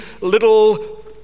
little